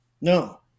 No